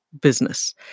business